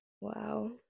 wow